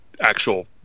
actual